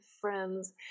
friends